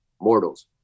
Mortals